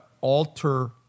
alter